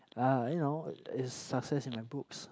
ah you know it's success in my books